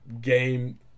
game